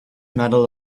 metal